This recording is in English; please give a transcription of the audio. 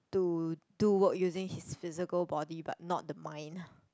to do work using his physical body but not the mind